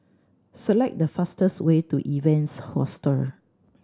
select the fastest way to Evans Hostel